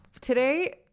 today